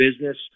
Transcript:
business